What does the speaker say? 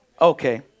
okay